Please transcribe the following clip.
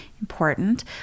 Important